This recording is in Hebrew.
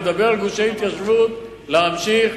אני מדבר על גושי התיישבות, להמשיך.